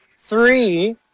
three